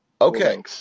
Okay